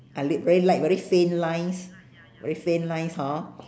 ah li~ very light very faint lines very faint lines hor